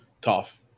Tough